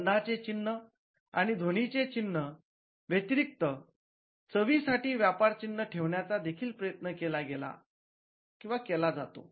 गंधांचे चिन्ह आणि ध्वनीचे चिन्ह व्यतिरिक्त चवीसाठी व्यापार चिन्ह ठेवण्याचा देखील प्रयत्न केला जातो